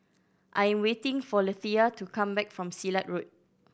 I am waiting for Lethia to come back from Silat Road